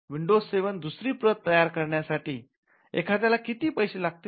window seven दुसरी प्रत तयार करण्यासाठी एखाद्याला किती पैसे लागतील